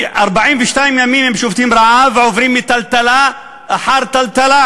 42 ימים הם שובתים רעב, ועוברים טלטלה אחר טלטלה,